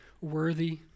worthy